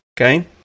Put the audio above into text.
okay